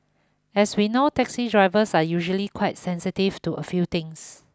as we know taxi drivers are usually quite sensitive to a few things